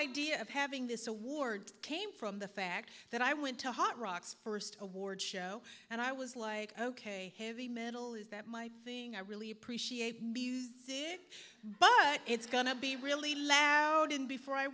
idea of having this award came from the fact that i went to hot rocks first award show and i was like ok heavy metal is that my i really appreciate it but it's going to be really loud and before i